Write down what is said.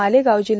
Malegaon जि